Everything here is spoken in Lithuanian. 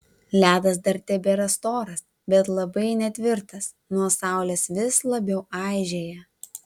ledas dar tebėra storas bet labai netvirtas nuo saulės vis labiau aižėja